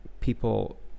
People